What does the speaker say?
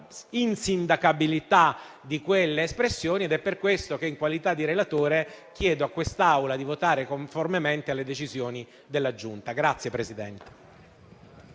l'insindacabilità di quelle espressioni ed è per questo che, in qualità di relatore, chiedo a questa Assemblea di votare conformemente alle decisioni della Giunta.